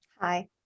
Hi